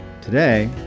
Today